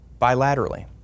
bilaterally